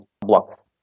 blocks